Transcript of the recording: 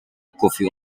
koffie